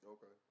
Okay